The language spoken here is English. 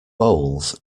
bowls